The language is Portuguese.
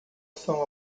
são